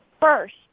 first